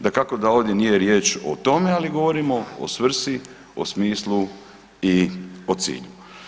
Dakako da ovdje nije riječ o tome, ali govorimo o svrsi, o smislu i o cilju.